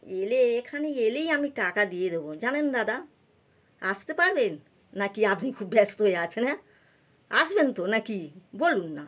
এলে এখানে এলেই আমি টাকা দিয়ে দোবো জানেন দাদা আসতে পারবেন না কি আপনি খুব ব্যস্ত হয়ে আছেন হ্যাঁ আসবেন তো না কি বলুন না